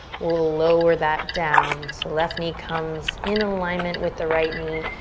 we'll lower that down. so left knee comes in alignment with the right knee.